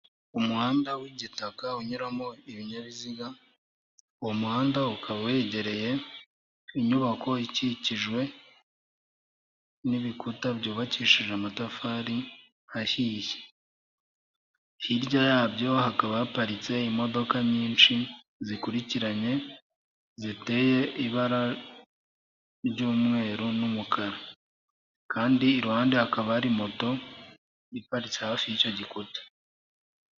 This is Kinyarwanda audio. Umuhanda w'igitaka unyuramo ibinyabiziga, uwo muhanda ukaba wegereye inyubako ikikijwe n'ibikuta, byubakishije amatafari ahiye, hirya yabyo haba haparitse imodoka zikurikiranye, hateye ibara ry'umweru n'umukara, kandi iruhande hakaba hari moto iparitse hafi y'icyo gikuta.